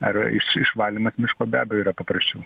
ar iš išvalymas miško be abejo yra paprasčiau